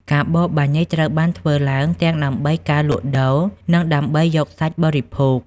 ការបរបាញ់នេះត្រូវបានធ្វើឡើងទាំងដើម្បីការលក់ដូរ និងដើម្បីយកសាច់បរិភោគ។